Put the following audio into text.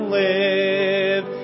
live